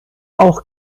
auch